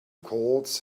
calls